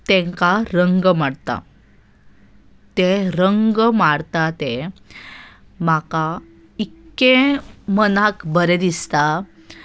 तांकां रंग मारता तें रंग मारता तें म्हाका इतलें मनाक बरें दिसता